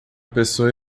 pessoa